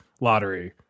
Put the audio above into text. lottery